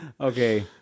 Okay